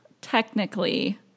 Technically